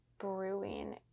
brewing